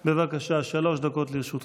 בבקשה, שלוש דקות לרשותך.